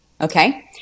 okay